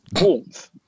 warmth